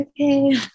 Okay